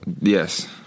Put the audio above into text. Yes